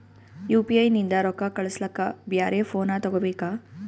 UPI ನಿಂದ ರೊಕ್ಕ ಕಳಸ್ಲಕ ಬ್ಯಾರೆ ಫೋನ ತೋಗೊಬೇಕ?